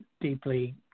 deeply